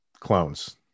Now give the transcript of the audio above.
Clones